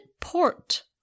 port